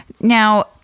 Now